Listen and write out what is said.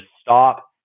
stop